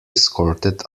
escorted